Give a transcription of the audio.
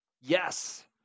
Yes